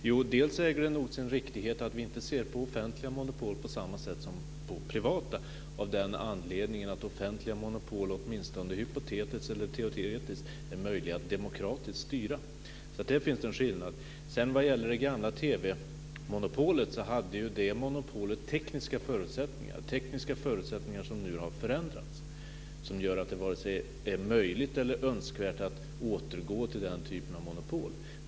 Fru talman! Jo, det äger nog sin riktighet att vi inte ser på offentliga monopol på samma sätt som på privata, av den anledningen att offentliga monopol, åtminstone hypotetiskt eller teoretiskt, är möjliga att demokratiskt styra. Där finns det en skillnad. Vad gäller det gamla TV-monopolet hade det ju tekniska förutsättningar, som nu har förändrats, som gör att det inte är vare sig möjligt eller önskvärt att återgå till den typen av monopol.